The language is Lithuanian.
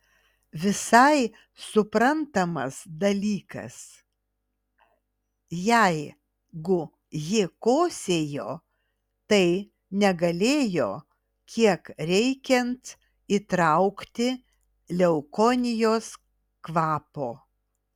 visai suprantamas dalykas jeigu ji kosėjo tai negalėjo kiek reikiant įtraukti leukonijos kvapo